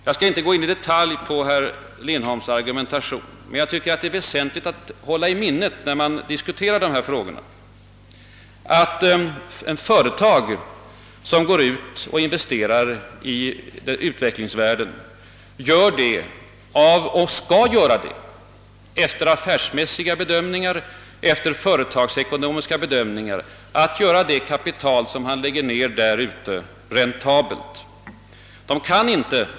Jag skall inte gå in på herr Lindholms argumentation i detalj, men jag tycker att det är väsentligt när man diskuterar dessa frågor att hålla i minnet, att ett företag som investerar i utvecklingsvärlden, gör det och skall göra det ef ter rent affärsmässiga bedömningar, efter företagsekonomiska bedömningar i syfte att göra det kapital som läggs ner därute räntabelt.